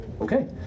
Okay